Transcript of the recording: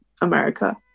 America